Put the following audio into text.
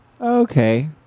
Okay